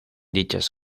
dichas